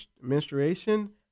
menstruation